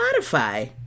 Spotify